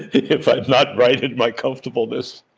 if i'm not right in my comfortableness?